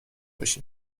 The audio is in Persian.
باشی